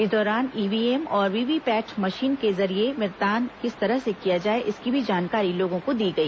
इस दौरान ईव्हीएम और वीवीपैट मशीन के जरिये मतदान किस तरह से किया जाए इसकी भी जानकारी लोगों को दी गई